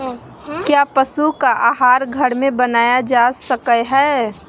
क्या पशु का आहार घर में बनाया जा सकय हैय?